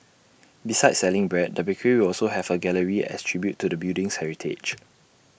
besides selling bread the bakery will also have A gallery as A tribute to the building's heritage